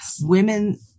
women